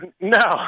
No